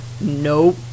nope